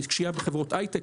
הוא השקיע בחברות היי-טק,